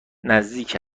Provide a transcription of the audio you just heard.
نزدیک